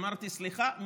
אמרתי: סליחה,